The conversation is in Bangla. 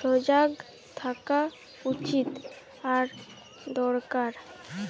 সজাগ থাকা উচিত আর দরকার